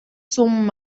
zum